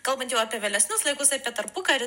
kalbant jau apie vėlesnius laikus apie tarpukarį